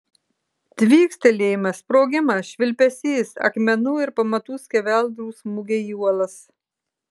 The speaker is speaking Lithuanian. tvykstelėjimas sprogimas švilpesys akmenų ir pamatų skeveldrų smūgiai į uolas